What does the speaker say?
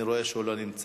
אני רואה שהוא לא נמצא.